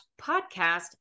podcast